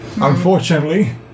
Unfortunately